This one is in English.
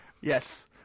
Yes